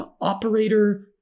operator